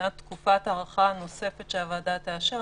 מבחינת תקופת ההארכה הנוספת שהוועדה תאשר,